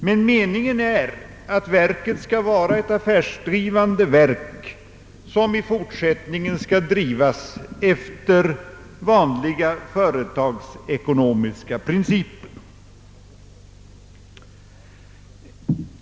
Men meningen är att verket skall vara affärsdrivande och att det i fortsättningen skall drivas efter vanliga företagsekonomiska principer.